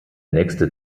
nächste